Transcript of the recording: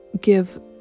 give